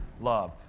love